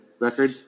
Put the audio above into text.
record